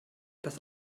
das